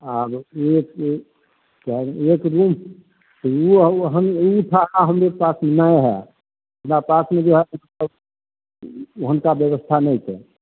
आब एक ए काल्हि एकदिन हमनी पास नहि हए हमरा पासमे जे हए हुनका ब्यवस्था नहि छनि